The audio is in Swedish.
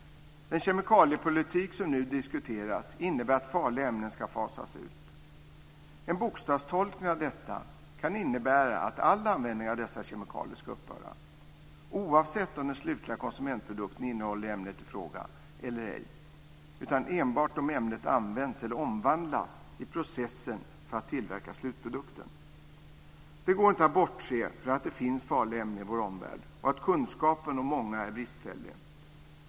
Den kemikaliepolitik som nu diskuteras innebär att farliga ämnen ska fasas ut. En bokstavstolkning av detta kan innebära att all användning av dessa kemikalier ska upphöra, oavsett om den slutliga konsumentprodukten innehåller ämnet i fråga eller ej, utan enbart om ämnet används eller omvandlas i processen för att tillverka slutprodukten. Det går inte att bortse från att det finns farliga ämnen i vår omvärld och att kunskapen om många är bristfällig.